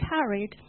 carried